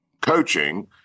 coaching